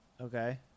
Okay